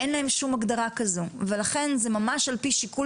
אין להם שום הגדרה כזו ולכן זה ממש על-פי שיקול